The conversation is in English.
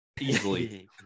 Easily